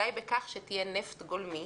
די בכך שתהיה נפט גולמי,